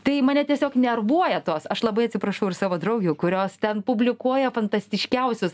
tai mane tiesiog nervuoja tos aš labai atsiprašau ir savo draugių kurios ten publikuoja fantastiškiausius